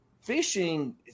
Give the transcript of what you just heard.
Fishing